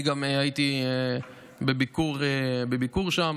גם הייתי בביקור שם,